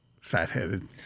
fat-headed